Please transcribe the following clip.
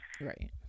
Right